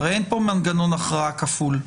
הרי אין כאן מנגנון הכרעה כפול.